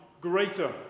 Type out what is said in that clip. greater